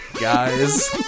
guys